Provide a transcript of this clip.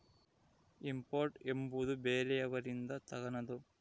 import ಎಂಬುವುದು ಬೇರೆಯವರಿಂದ ತಗನದು